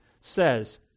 says